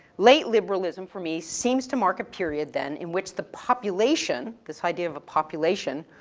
late liberalism for me seems to mark a period then in which the population, this idea of a population,